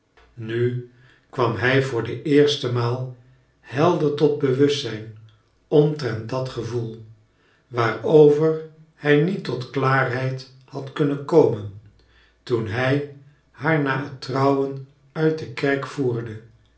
nu kwam hij voor de eerste maal helder tot bewustzijn omtrent dat gevoel waarover hij niet tot klaarheid had kunnen komen toen hij haar na het trouwen uit de kerk voerde